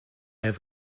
have